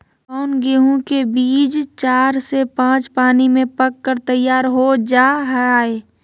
कौन गेंहू के बीज चार से पाँच पानी में पक कर तैयार हो जा हाय?